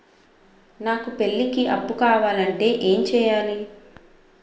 నాకు పెళ్లికి అప్పు కావాలంటే ఏం చేయాలి?